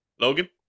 Logan